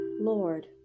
Lord